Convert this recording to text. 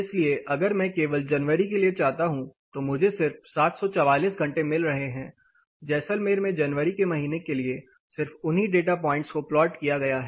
इसलिए अगर मैं केवल जनवरी के लिए चाहता हूं तो मुझे सिर्फ 744 घंटे मिल रहे हैं जैसलमेर में जनवरी के महीने के लिए सिर्फ उन्हीं डेटा पॉइंट्स को प्लॉट किया गया हैं